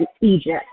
Egypt